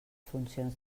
funcions